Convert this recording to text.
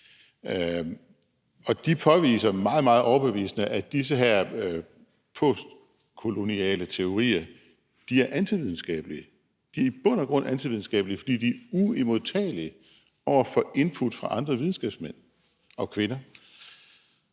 og de påviser meget, meget overbevisende, at de her postkoloniale teorier er antividenskabelige. De er i bund og grund antividenskabelige, fordi de er uimodtagelige over for input fra andre videnskabsmænd og -kvinder.